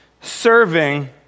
serving